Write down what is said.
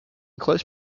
close